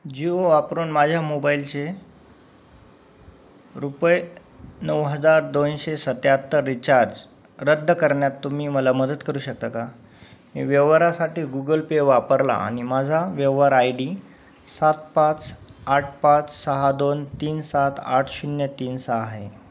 जिओ वापरून माझ्या मोबाईलचे रुपये नऊ हजार दोनशे सत्याहत्तर रिचार्ज रद्द करण्यात तुम्ही मला मदत करू शकता का मी व्यवहारासाठी गुगल पे वापरला आणि माझा व्यवहार आय डी सात पाच आठ पाच सहा दोन तीन सात आठ शून्य तीन सहा आहे